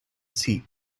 seat